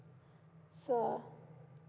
so